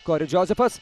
kori džozefas